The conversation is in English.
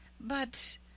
But—